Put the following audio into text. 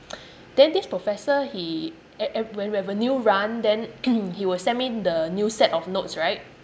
then this professor he e~ e~ when we have a new run then he will send me the new set of notes right